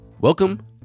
Welcome